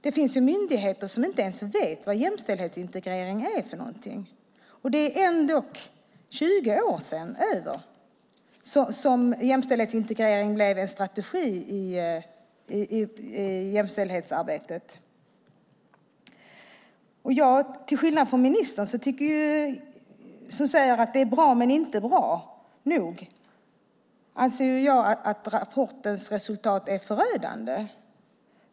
Det finns myndigheter som inte ens vet vad jämställdhetsintegrering är, och det är ändå över 20 år sedan jämställdhetsintegrering blev en strategi i jämställdhetsarbetet. Till skillnad från ministern, som säger att det är bra men inte bra nog, anser jag att rapportens resultat är förödande.